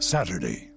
Saturday